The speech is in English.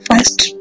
First